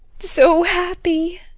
so happy!